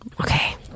Okay